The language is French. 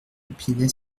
épinay